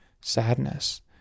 sadness